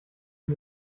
sie